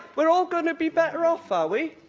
we're all going to be better off, are we?